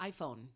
iPhone